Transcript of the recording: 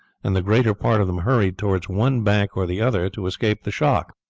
and the greater part of them hurried towards one bank or the other to escape the shock.